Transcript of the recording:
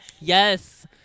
Yes